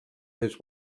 his